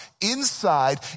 inside